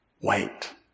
Wait